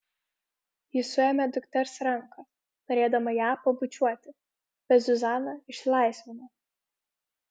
ji suėmė dukters ranką norėdama ją pabučiuoti bet zuzana išsilaisvino